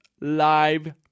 live